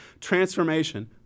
transformation